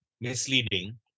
misleading